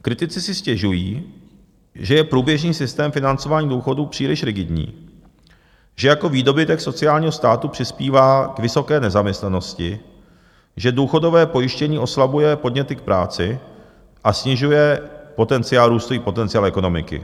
Kritici si stěžují, že je průběžný systém financování důchodů příliš rigidní, že jako výdobytek sociálního státu přispívá k vysoké nezaměstnanosti, že důchodové pojištění oslabuje podněty k práci a snižuje růstový potenciál ekonomiky.